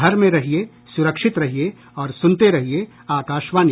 घर में रहिये सुरक्षित रहिये और सुनते रहिये आकाशवाणी